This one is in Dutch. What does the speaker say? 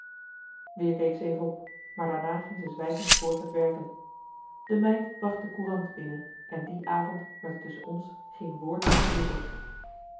keek ze even op maar daarna ging zij zwijgend voort met werken de meid bracht de coumarcellus emants een nagelaten bekentenis rant binnen en die avond werd er tusschen ons geen woord meer gewisseld